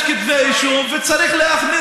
קצת נתונים שרק אתמול נחשפנו